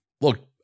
look